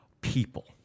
people